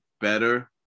better